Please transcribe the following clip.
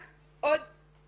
רק עוד שורה.